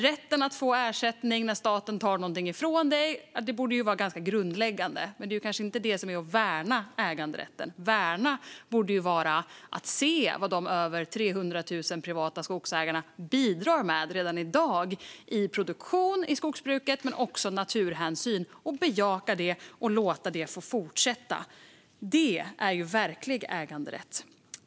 Rätten att få ersättning när staten tar någonting ifrån dig borde vara ganska grundläggande, men det är inte detta som är att värna äganderätten. Att värna borde vara att se vad de över 300 000 privata skogsägarna bidrar med redan i dag i produktion i skogsbruket men också när det gäller naturhänsyn och bejaka det och låta det få fortsätta. Det är ju verklig äganderätt.